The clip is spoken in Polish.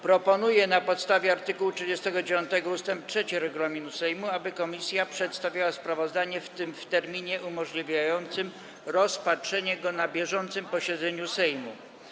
Proponuję na podstawie art. 39 ust. 3 regulaminu Sejmu, aby komisja przedstawiła sprawozdanie w terminie umożliwiającym rozpatrzenie go na bieżącym posiedzeniu Sejmu.